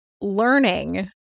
learning